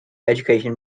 education